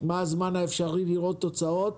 מה הזמן האפשרי כדי לראות תוצאות.